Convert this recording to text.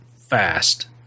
fast